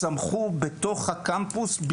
צמחו בתוך הקמפוס,